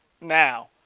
now